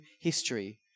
history